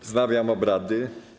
Wznawiam obrady.